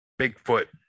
bigfoot